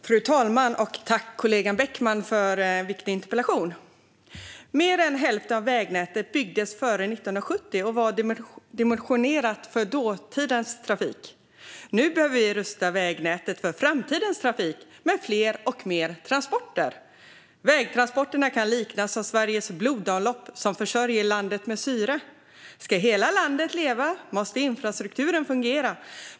Fru talman! Tack, kollegan Beckman, för en viktig interpellation! Mer än hälften av vägnätet byggdes före 1970, och det var dimensionerat för dåtidens trafik. Nu behöver vi rusta vägnätet för framtidens trafik med fler och mer transporter. Vägtransporterna kan liknas vid Sveriges blodomlopp, som försörjer landet med syre. Ska hela landet leva måste infrastrukturen fungera.